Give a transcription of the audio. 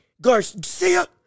Garcia